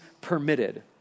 permitted